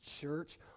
church